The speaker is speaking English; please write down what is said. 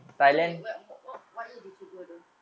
correct what what what year did you go though